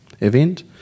event